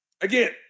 Again